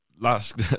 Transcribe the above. last